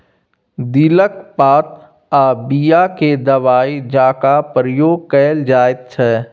दिलक पात आ बीया केँ दबाइ जकाँ प्रयोग कएल जाइत छै